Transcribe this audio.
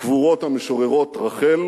קבורות המשוררות רחל